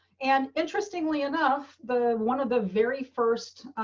and interestingly enough, the one of the very first